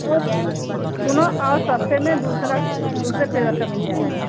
और स सुनो और सस्ते में दूसरा दूसरे फ़्लेवर का मिल जाएगा